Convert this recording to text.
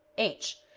h.